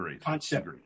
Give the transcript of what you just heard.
concept